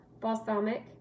balsamic